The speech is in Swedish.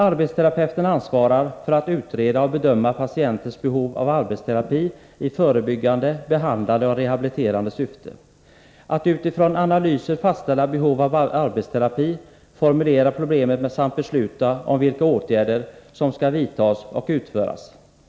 Arbetsterapeuten ansvarar för att utreda och bedöma patientens behov av arbetsterapi i förebyggande, behandlande och rehabiliterande syfte samt för att utifrån analyser fastställa behov av arbetsterapi, formulera problemen samt besluta om vilka åtgärder som skall vidtas och utföras.